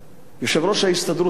יושב-ראש ההסתדרות נעלם.